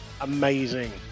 Amazing